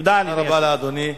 תודה, אדוני היושב-ראש.